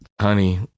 honey